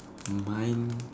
mine